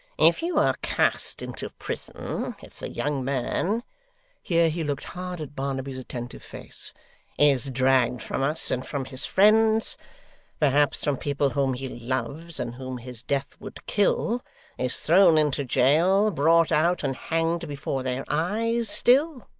if you are cast into prison if the young man here he looked hard at barnaby's attentive face is dragged from us and from his friends perhaps from people whom he loves, and whom his death would kill is thrown into jail, brought out and hanged before their eyes still,